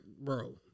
bro